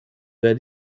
wer